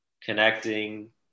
connecting